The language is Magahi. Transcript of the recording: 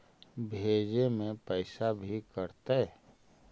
भेजे में पैसा भी कटतै?